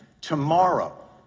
tomorrow